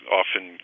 often